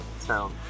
town